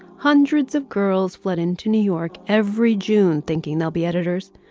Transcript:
hundreds of girls fled into new york every june thinking they'll be editors.